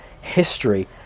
history